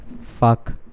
fuck